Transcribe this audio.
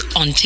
on